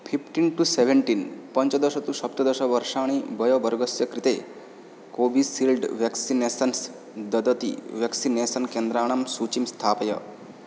fifteen to seventeen पञ्चदश तु सप्तदश वर्षाणि वयोवर्गस्य कृते कोविसील्ड् व्याक्सिनेसन्स् ददन्ति व्याक्सिनेसन् केन्द्राणां सूचीं स्थापय